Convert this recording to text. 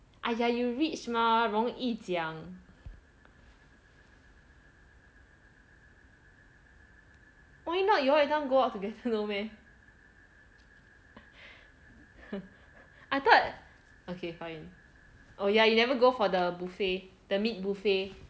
!aiya! you rich mah 容易讲 why not you all everytime go out together what no meh I thought okay fine oh yeah you never go for the buffet the meat buffet